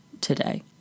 today